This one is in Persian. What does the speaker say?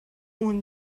اون